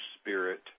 spirit